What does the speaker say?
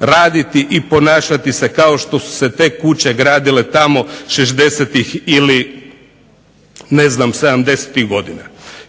raditi i ponašati se kao što su se te kuće gradile tamo 60-tih ili 70-tih godina.